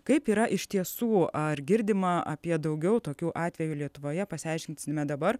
kaip yra iš tiesų ar girdima apie daugiau tokių atvejų lietuvoje pasiaiškinsime dabar